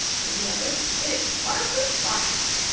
said the other, it is water-proof varnish.